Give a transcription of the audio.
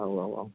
औ औ औ